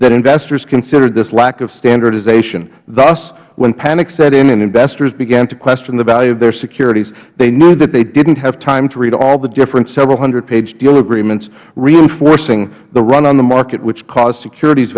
that investors considered this lack of standardization thus when panic set in and investors began to question the value of their securities they knew that they didn't have time to read all the different seven hundred page deal agreements reinforcing the run on the market which caused securit